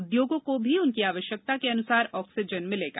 उदयोगों को भी उनकी आवश्यकता के अनुसार ऑक्सीजन मिलेगी